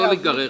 לא להיגרר.